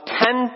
ten